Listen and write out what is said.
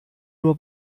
nur